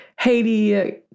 Haiti